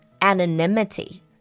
anonymity